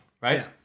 right